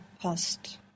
past